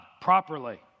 properly